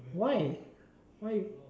why why